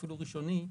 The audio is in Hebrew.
אפילו ראשוני,